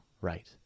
right